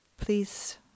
Please